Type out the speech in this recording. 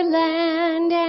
land